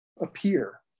appear